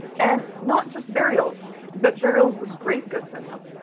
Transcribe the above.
and not just burials but burials with grave goods in them.